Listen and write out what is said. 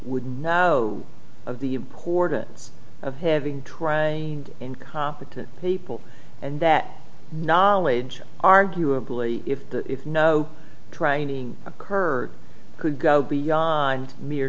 would know of the importance of having trained incompetent people and that knowledge arguably if it's no training occurred could go beyond me